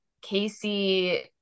Casey